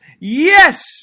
yes